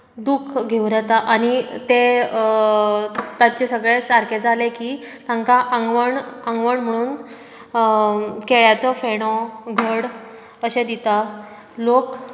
दूख घेवन येतात आनी तें ताचें सगळें सारकें जालें की तांकां आंगवण आंगवण म्हणून केळ्यांचो फेणो घड अशे दितात लोक